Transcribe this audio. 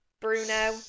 Bruno